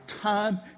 time